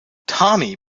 tommy